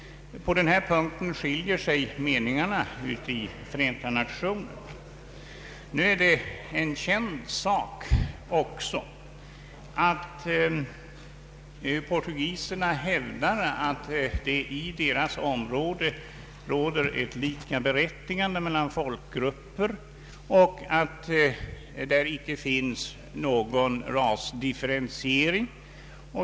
På denna punkt skiljer sig meningarna i Förenta nationerna. Det är också en känd sak att portugiserna hävdar att det i deras land råder ett likaberättigande mellan folkgrupper och att där icke finns någon rasdifferentiering.